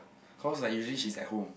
cause like usually she's at home